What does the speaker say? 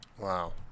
Wow